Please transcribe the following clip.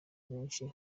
benshi